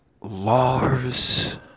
Lars